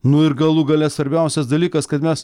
nu ir galų gale svarbiausias dalykas kad mes